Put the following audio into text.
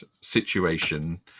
situation